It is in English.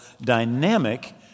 dynamic